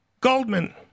Goldman